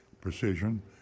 precision